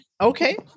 Okay